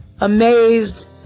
amazed